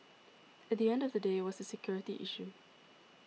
at the end of the day was a security issue